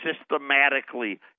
Systematically